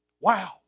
Wow